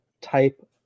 type